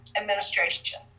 administration